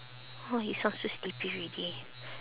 !wah! you sound so sleepy already